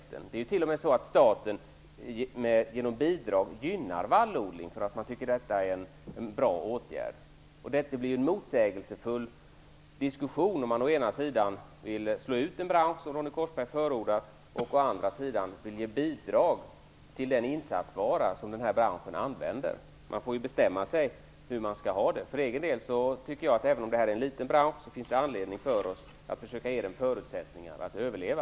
Staten gynnar ju t.o.m. vallodlingen genom bidrag. Man tycker att det är en bra åtgärd. Det blir en motsägelsefull diskussion om man å ena sidan vill slå ut en bransch, som Ronny Korsberg förordar, och å andra sidan vill ge bidrag till den insatsvara som branschen använder. Man får bestämma sig för hur man skall ha det. För egen del tycker jag att även om detta är en liten bransch finns det anledning för oss att försöka ge den förutsättningar att överleva.